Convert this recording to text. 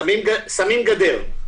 שמים גדר.